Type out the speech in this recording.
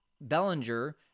Bellinger